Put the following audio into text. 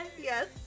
Yes